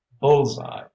bullseye